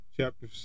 chapter